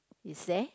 is there